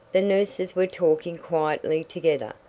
the nurses were talking quietly together.